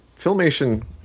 Filmation